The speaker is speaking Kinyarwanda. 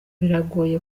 biragoye